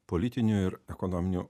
politiniu ir ekonominiu